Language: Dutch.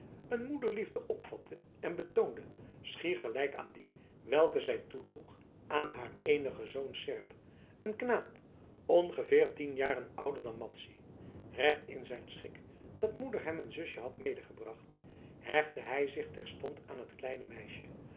een moederliefde opvatte en betoonde schier gelijk aan die welke zij toedroeg aan haar eenigen zoon seerp een knaap ongeveer tien jaren ouder dan madzy recht in zijn schik dat moeder hem een zusje had medegebracht hechtte hij zich terstond aan het kleine meisje